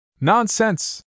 Nonsense